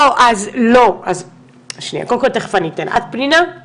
לא, שנייה, תיכף אני אתן לך, את